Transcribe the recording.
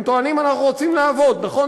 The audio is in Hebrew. הם טוענים: אנחנו רוצים לעבוד, נכון?